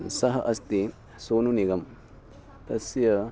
सः अस्ति सोनुनिगम् तस्य